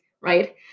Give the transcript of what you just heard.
right